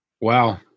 Wow